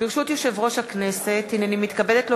ברשות יושב-ראש הכנסת, הנני מתכבדת להודיעכם,